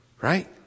Right